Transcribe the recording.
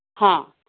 ହଁ